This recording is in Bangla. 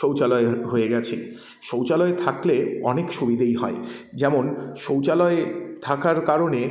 শৌচালয় হয়ে গেছে শৌচালয় থাকলে অনেক সুবিধেই হয় যেমন শৌচালয় থাকার কারণে